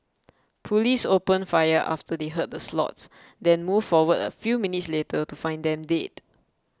police opened fire after they heard the slots then moved forward a few minutes later to find them dead